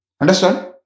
Understand